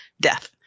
death